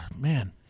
Man